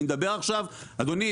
אני מדבר עכשיו אדוני,